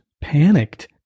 panicked